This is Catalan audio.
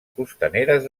costaneres